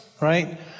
right